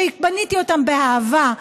שבניתי אותם באהבה,